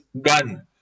gun